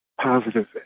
positive